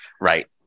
Right